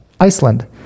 Iceland